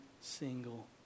single